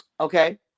okay